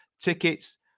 Tickets